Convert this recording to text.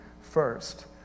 first